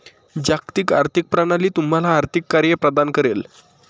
जागतिक आर्थिक प्रणाली तुम्हाला आर्थिक कार्ये प्रदान करेल